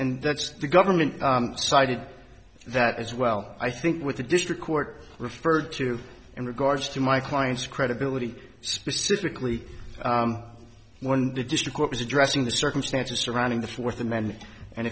and that's the government cited that as well i think with the district court referred to in regards to my client's credibility specifically when the district court was addressing the circumstances surrounding the fourth amendment and